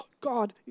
God